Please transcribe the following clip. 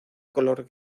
color